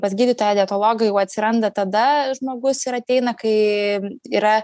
pas gydytoją dietologą jau atsiranda tada žmogus ir ateina kai yra